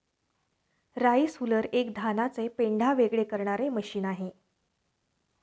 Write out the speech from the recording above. rice huller हे एक धानाचे पेंढा वेगळे करणारे मशीन आहे